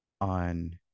on